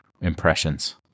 impressions